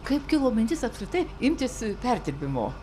kaip kilo mintis apskritai imtis perdirbimo